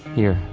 here,